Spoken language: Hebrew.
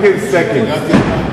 זה לא שתייה, זו נטילת ידיים.